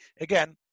again